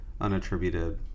unattributed